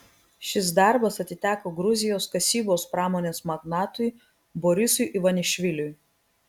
šis darbas atiteko gruzijos kasybos pramonės magnatui borisui ivanišviliui